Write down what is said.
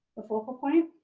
the focal point.